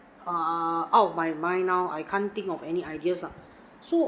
err out of my mind now I can't think of any ideas ah so